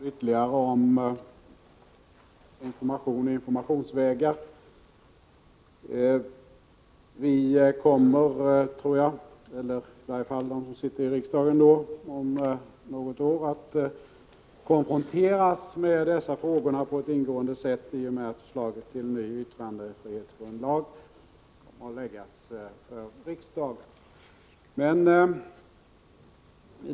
Fru talman! Bara några ord ytterligare om information och informationsvägar. De som sitter i riksdagen om något år kommer att på ett ingående sätt konfronteras med dessa frågor i och med att förslaget till ny yttrandefrihetsgrundlag läggs fram för riksdagen.